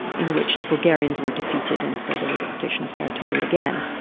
in which the bulgarians were defeated, and so there was a partition of territory again.